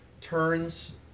turns